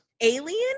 alien